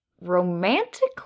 romantically